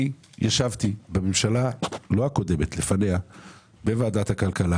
אני ישבתי בממשלה לא הקודמת לפניה בוועדת הכלכלה